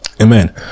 Amen